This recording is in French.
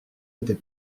étais